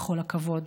בכל הכבוד,